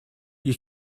you